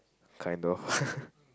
I know ppl